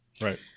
Right